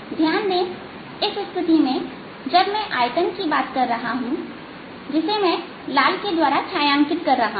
ध्यान दें इस स्थिति में जब मैं इस आयतन की बात कर रहा हूं जिसे मैं लाल के द्वारा छायांकित कर रहा हूं